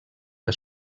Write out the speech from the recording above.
que